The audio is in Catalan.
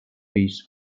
fills